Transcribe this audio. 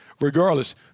regardless –